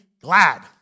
glad